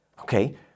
okay